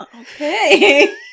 Okay